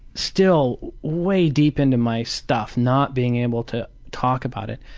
still way deep into my stuff, not being able to talk about it,